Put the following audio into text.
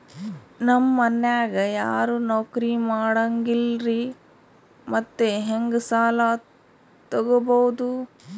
ನಮ್ ಮನ್ಯಾಗ ಯಾರೂ ನೌಕ್ರಿ ಮಾಡಂಗಿಲ್ಲ್ರಿ ಮತ್ತೆಹೆಂಗ ಸಾಲಾ ತೊಗೊಬೌದು?